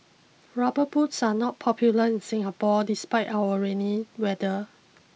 rubber boots are not popular in Singapore despite our rainy weather